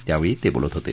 त्यावेळी ते बोलत होते